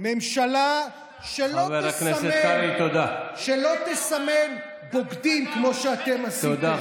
ממשלה שלא תסמן בוגדים כמו שאתם עשיתם,